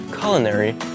culinary